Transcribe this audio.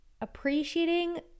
Appreciating